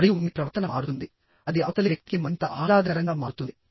మరియు మీ ప్రవర్తన మారుతుంది అది అవతలి వ్యక్తికి మరింత ఆహ్లాదకరంగా మారుతుంది